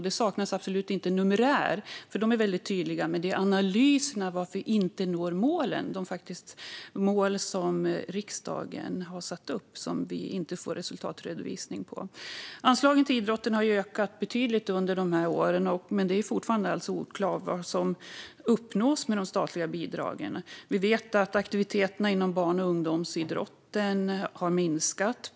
Det är absolut inte numerär som saknas - de är väldigt tydliga - utan det är analysen av varför vi inte når de mål som riksdagen har satt upp och som vi inte får resultatredovisning för. Anslagen till idrotten har ökat betydligt under åren, men det är fortfarande oklart vad som uppnås med de statliga bidragen. Vi vet att aktiviteterna inom barn och ungdomsidrotten har minskat.